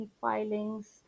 filings